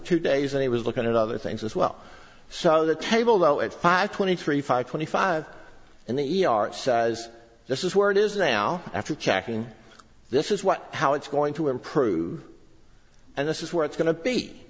two days and he was looking at other things as well so the table though at five twenty three five twenty five in the e r as this is where it is now after checking this is what how it's going to improve and this is where it's going to be